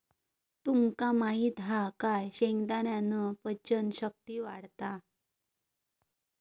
तुमका माहित हा काय शेंगदाण्यान पचन शक्ती वाढता